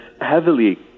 heavily